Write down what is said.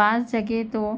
بعض جگہ تو